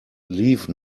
leave